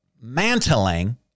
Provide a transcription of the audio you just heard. mantling